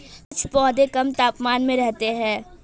कुछ पौधे कम तापमान में रहते हैं